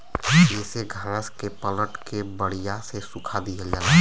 येसे घास के पलट के बड़िया से सुखा दिहल जाला